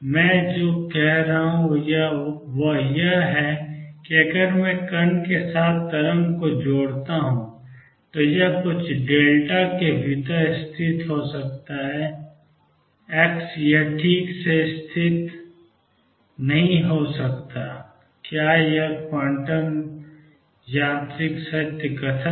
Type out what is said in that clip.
मैं जो कह रहा हूं वह यह है कि अगर मैं कण के साथ तरंग को जोड़ता हूं तो यह कुछ डेल्टा के भीतर स्थित हो सकता है x यह ठीक से स्थित नहीं हो सकता है और यह एक क्वांटम यांत्रिक सत्य कथन है